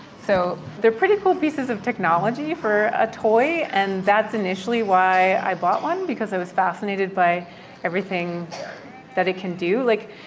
so they're pretty cool pieces of technology for a toy. and that's initially why i bought one because i was fascinated by everything that it can do. like,